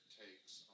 takes